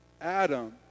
Adam